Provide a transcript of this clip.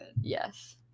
Yes